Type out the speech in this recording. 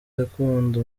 akunda